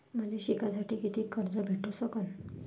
मले शिकासाठी कितीक कर्ज भेटू सकन?